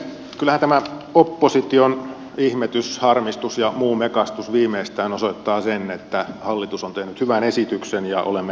kyllähän tämä opposition ihmetys harmistus ja muu mekastus viimeistään osoittaa sen että hallitus on tehnyt hyvän esityksen ja olemme tekemässä hyvää päätöstä